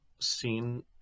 seen